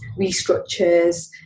restructures